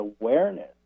awareness